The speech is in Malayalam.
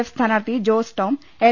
എഫ് സ്ഥാനാർത്ഥി ജോസ് ടോം എൽ